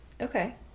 okay